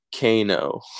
Kano